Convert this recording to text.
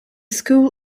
school